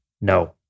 no